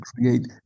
create